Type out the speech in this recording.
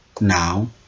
Now